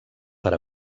per